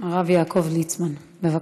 הרב יעקב ליצמן, בבקשה.